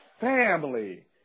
family